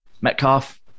Metcalf